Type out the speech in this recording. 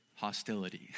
Hostility